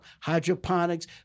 hydroponics